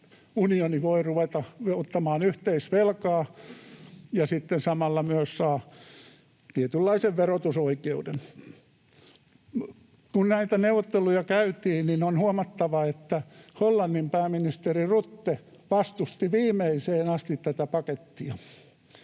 unioni voi ruveta ottamaan yhteisvelkaa ja sitten samalla myös saa tietynlaisen verotusoikeuden. Kun näitä neuvotteluja käytiin, niin on huomattava, että Hollannin pääministeri Rutte vastusti viimeiseen asti tätä pakettia.